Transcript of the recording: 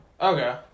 Okay